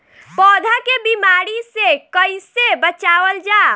पौधा के बीमारी से कइसे बचावल जा?